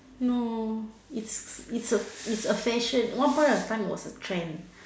no it's it's it's a fashion one point of time it's a trend